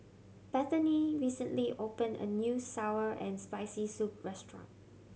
Bethany recently opened a new sour and Spicy Soup restaurant